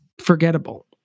forgettable